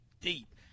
deep